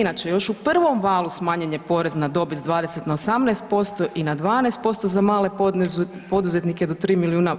Inače, još u prvom valu smanjen je porez na dobit sa 20 na 18% i na 12% za male poduzetnike do 3 milijuna